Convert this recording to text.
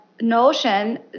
notion